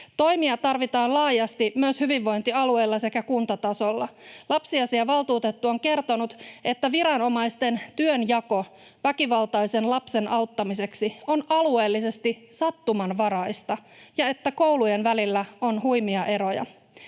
Toimia tarvitaan laajasti myös hyvinvointialueilla sekä kuntatasolla. Lapsiasiavaltuutettu on kertonut, että viranomaisten työnjako väkivaltaisen lapsen auttamiseksi on alueellisesti sattumanvaraista ja että koulujen välillä on huimia eroja.